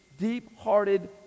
deep-hearted